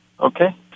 Okay